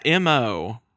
MO